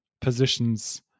positions